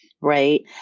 right